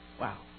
Wow